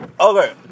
Okay